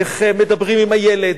איך מדברים עם הילד.